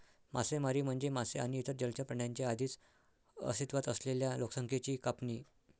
मासेमारी म्हणजे मासे आणि इतर जलचर प्राण्यांच्या आधीच अस्तित्वात असलेल्या लोकसंख्येची कापणी